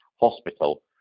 hospital